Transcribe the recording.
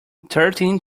thirteen